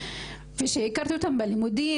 זה שהכרתי אותן בלימודים,